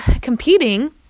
competing